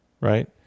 Right